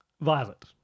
Violet